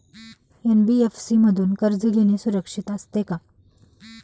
NBFC मधून कर्ज घेणे सुरक्षित असते का?